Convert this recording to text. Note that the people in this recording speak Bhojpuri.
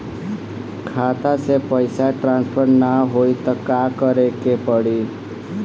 खाता से पैसा टॉसफर ना होई त का करे के पड़ी?